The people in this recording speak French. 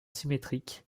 symétriques